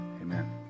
Amen